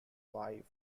wife